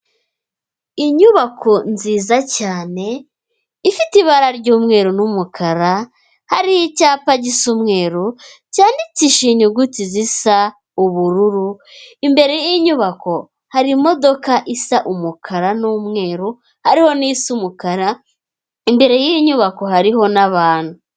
Inyubako nziza cyane ifite ibara ry'umweru n'umukara hari icyapa gisa umweru cyandikishije inyuguti zisa ubururu, imbere yinyubako hari imodoka isa umukara n'umweru hariho n'isa umukara imbere yinyubako hariho n'abantu.